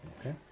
Okay